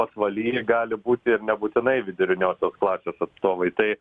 pasvaly gali būti ir nebūtinai viduriniosios klasės atstovai tai